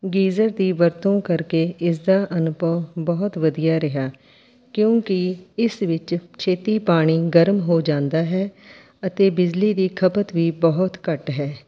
geyser ਦੀ ਵਰਤੋਂ ਕਰਕੇ ਇਸਦਾ ਅਨੁਭਵ ਬਹੁਤ ਵਧੀਆ ਰਿਹਾ ਕਿਉਂਕਿ ਇਸ ਵਿੱਚ ਛੇਤੀ ਪਾਣੀ ਗਰਮ ਹੋ ਜਾਂਦਾ ਹੈ ਅਤੇ ਬਿਜਲੀ ਦੀ ਖਪਤ ਵੀ ਬਹੁਤ ਘੱਟ ਹੈ